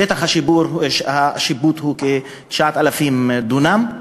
שטח השיפוט הוא כ-9,000 דונם,